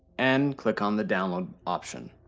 and click on the download option.